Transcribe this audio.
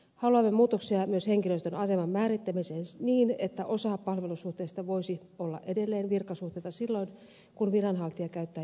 haluamme muutoksia myös henkilöstön aseman määrittämiseen niin että osa palvelussuhteista voisi olla edelleen virkasuhteita silloin kun viranhaltija käyttää julkista valtaa